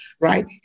right